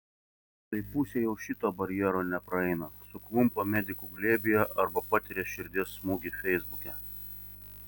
tai pusė jau šito barjero nepraeina suklumpa medikų glėbyje arba patiria širdies smūgį feisbuke